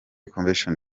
convention